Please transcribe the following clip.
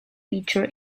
teacher